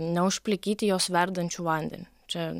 neužplikyti jos verdančiu vandeniu čia